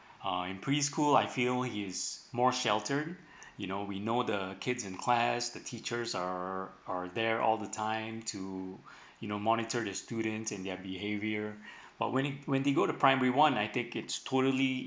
uh in preschool I feel he's more shelter you know we know the kids in class the teachers are are there all the time to you know monitor the students in their behaviour but when it when they go to primary one I take it's totally